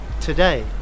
Today